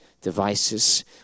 devices